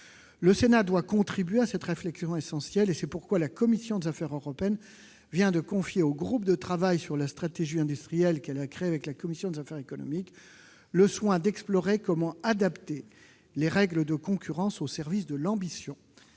Le Sénat doit contribuer à cette réflexion essentielle ; c'est pourquoi la commission des affaires européennes vient de confier au groupe de suivi sur la stratégie industrielle de l'Union européenne, qu'elle a créé avec la commission des affaires économiques, le soin d'explorer la manière d'adapter les règles de concurrence, au service de l'ambition